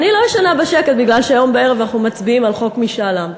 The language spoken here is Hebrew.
אני לא ישנה בשקט כי אנחנו היום בערב מצביעים על חוק משאל עם.